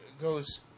goes